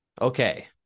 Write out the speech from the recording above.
Okay